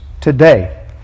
today